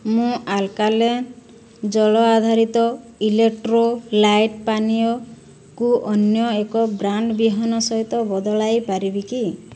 ମୁଁ ଆଲ୍କାଲେନ୍ ଜଳ ଆଧାରିତ ଇଲେକ୍ଟ୍ରୋଲାଇଟ୍ ପାନୀୟକୁ ଅନ୍ୟ ଏକ ବ୍ରାଣ୍ଡ୍ର ବିହନ ସହିତ ବଦଳାଇ ପାରିବି କି